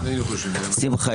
שמחה,